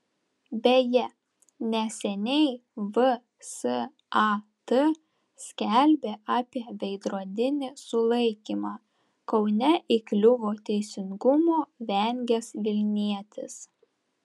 beje neseniai vsat skelbė apie veidrodinį sulaikymą kaune įkliuvo teisingumo vengęs vilnietis